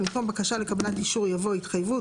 במקום "בקשה לקבלת אישור" יבוא "התחייבות"